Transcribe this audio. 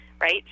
right